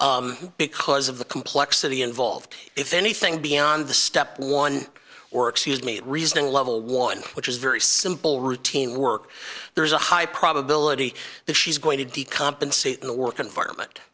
jobs because of the complexity involved if anything beyond the step one or excuse me reasoning level one which is very simple routine work there's a high probability that she's going to d compensate in the work environment